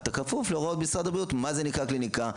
אתה כפוף להוראות משרד הבריאות לגבי מה זה נקרא קליניקה,